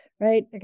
right